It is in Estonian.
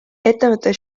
ettevõtte